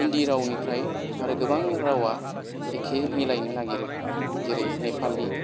हिन्दी रावनिफ्राय आरो गोबां रावा एके मिलायनो नागिरो जेरै नेफालि